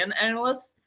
analysts